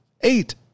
Eight